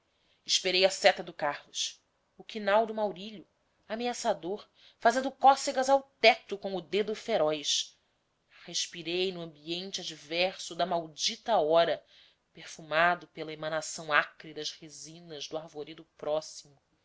esperei a seta do carlos o quinau do maurílio ameaçador fazendo cócegas ao teto com o dedo feroz respirei no ambiente adverso da maldita hora perfumado pela emanação acre das resinas do arvoredo próximo